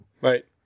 Right